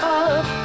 up